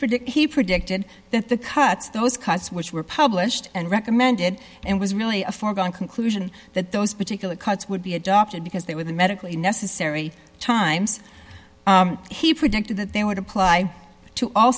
predict he predicted that the cuts those cuts which were published and recommended and was really a foregone conclusion that those particular cuts would be adopted because they were the medically necessary times he predicted that they would apply to all